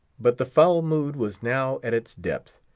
but the foul mood was now at its depth,